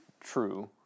true